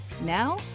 Now